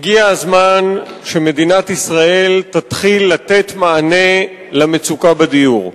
הגיע הזמן שמדינת ישראל תתחיל לתת מענה על המצוקה בדיור.